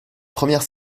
première